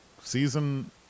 season